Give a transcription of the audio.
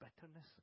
bitterness